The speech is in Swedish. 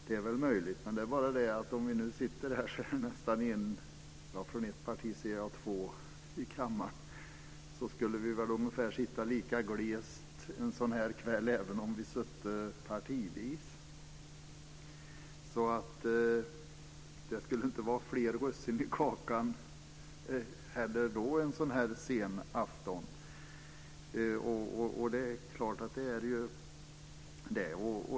Det är väl möjligt, men när vi nu sitter en per parti i kammaren, från ett parti ser jag två, skulle vi väl en sådan här kväll sitta ungefär lika glest även om vi sutte partivis. Det skulle inte vara fler russin i kakan då heller en sådan här afton. Det är klart att det är så.